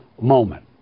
moment